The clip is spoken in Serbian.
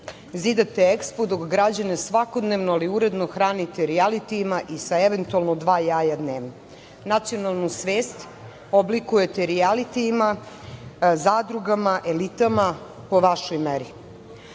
Zidate EKSPO, dok građane svakodnevno ali uredno hranite rijalitijima i sa eventualno dva jaja dnevno. Nacionalnu svest oblikujete rijalitijima, "Zadrugama", "Elitama", po vašoj